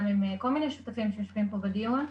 עם כל מיני שותפים שיושבים פה בדיון.